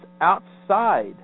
outside